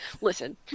listen